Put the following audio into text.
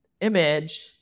image